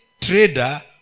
trader